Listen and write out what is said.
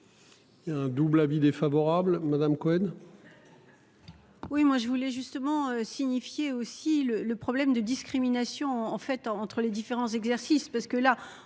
un double avis défavorable Madame Cohen.